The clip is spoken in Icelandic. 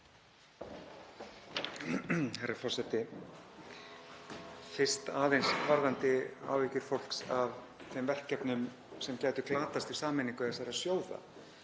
Herra forseti. Fyrst aðeins varðandi áhyggjur fólks af þeim verkefnum sem gætu glatast við sameiningu þessara sjóða.